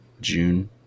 June